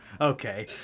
okay